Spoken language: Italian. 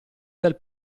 dal